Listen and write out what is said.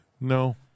No